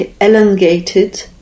elongated